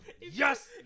Yes